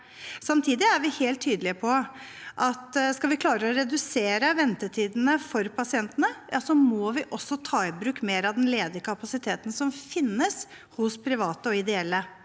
Samtidig er vi helt tydelige på at skal vi klare å redusere ventetidene for pasientene, må vi også ta i bruk mer av den ledige kapasiteten som finnes hos private og ideelle.